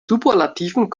superlativen